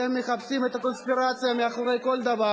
הם מחפשים את הקונספירציה מאחורי כל דבר.